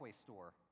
store